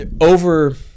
over